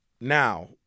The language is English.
now